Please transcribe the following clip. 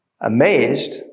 Amazed